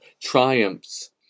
triumphs